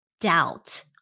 doubt